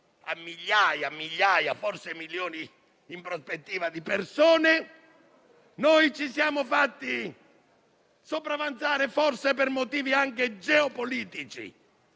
e migliaia (forse milioni, in prospettiva) di persone, ci siamo fatti sopravanzare, forse per motivi anche geopolitici,